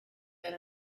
than